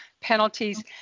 penalties